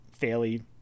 fairly